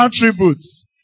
attributes